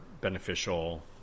beneficial